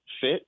fit